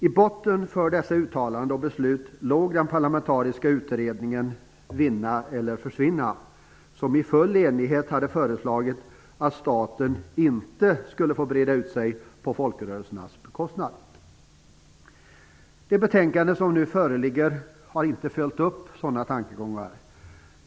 I botten för dessa uttalanden och beslut låg den parlamentariska utredningen Vinna eller försvinna, som i full enighet hade föreslagit att staten inte skulle få breda ut sig på folkrörelsernas bekostnad. Det betänkande som nu föreligger har inte följt upp sådana tankegångar.